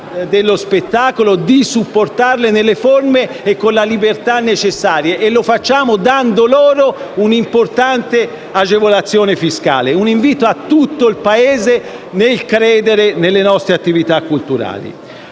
dello spettacolo e di supportarle nelle forme e con la libertà necessarie, e lo facciamo dando loro un'importante agevolazione fiscale. È un invito a tutto il Paese a credere nelle nostre attività culturali.